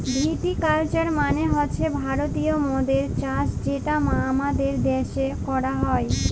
ভিটি culture মালে হছে ভারতীয় মদের চাষ যেটা আমাদের দ্যাশে ক্যরা হ্যয়